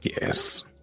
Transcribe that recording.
Yes